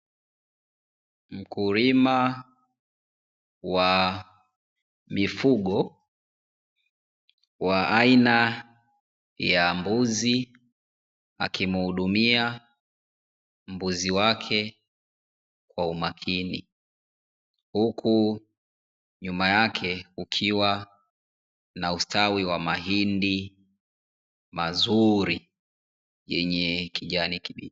Mkulima wa mifugo wa aina ya mbuzi akimhudumia mbuzi wake kwa umakini nyuma yake ukiwa na ustawi wa mahindi mazuri yenye kijani kibichi.